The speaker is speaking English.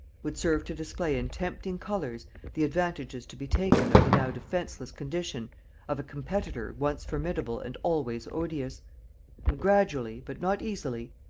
would serve to display in tempting colors the advantages to be taken of the now defenceless condition of a competitor once formidable and always odious and gradually, but not easily,